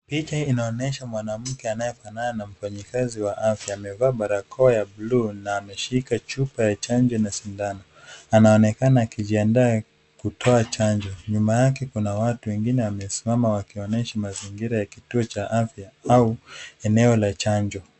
Picha inaonyesha mwanamke anayefanana na mfanyikazi wa afya. Amevaa barakoa ya buluu na ameshika chupa ya chanjo na sindano. Anaonekana akijiandaa kutoa chanjo. Nyuma yake kuna watu wegine wamesimama wakionyesha mazingira ya kituo cha afya au eneo la chanjo.